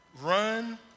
Run